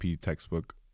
textbook